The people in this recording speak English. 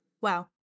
Wow